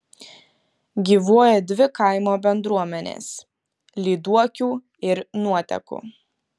gyvuoja dvi kaimo bendruomenės lyduokių ir nuotekų